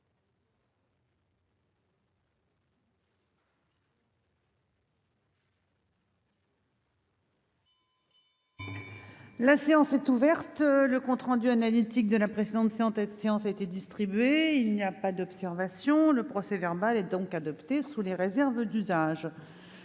La séance est ouverte. Le compte rendu analytique de la précédente séance a été distribué. Il n'y a pas d'observation ?... Le procès-verbal est adopté sous les réserves d'usage.